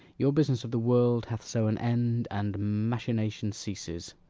your business of the world hath so an end, and machination ceases.